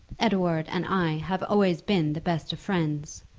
edouard and i have always been the best of friends.